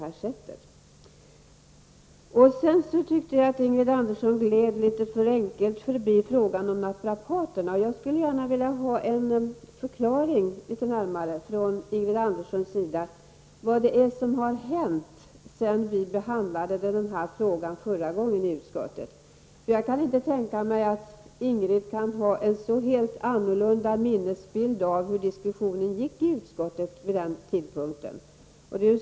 Jag tyckte också att Ingrid Andersson gled litet för enkelt förbi frågan om naprapaterna. Jag skulle gärna vilja ha en litet närmare förklaring av Ingrid Andersson av vad det är som har hänt sedan vi behandlade den här frågan förra gången i utskottet. Jag kan inte tänka mig att Ingrid Andersson kan ha en så helt annorlunda minnesbild av hur diskussionen gick i utskottet vid den tidpunkten.